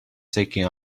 taking